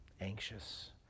Anxious